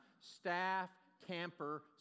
staff-camper